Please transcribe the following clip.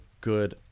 good